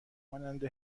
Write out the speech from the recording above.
مانند